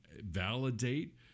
validate